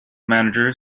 manager